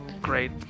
great